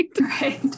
right